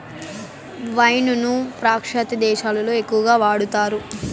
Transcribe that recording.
wine ను పాశ్చాత్య దేశాలలో ఎక్కువగా వాడతారు